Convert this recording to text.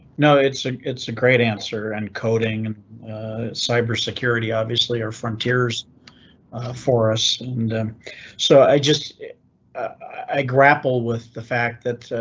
no, it's it's a great answer and coding and cybersecurity. obviously our frontiers for us, and so i just i grapple with the fact that.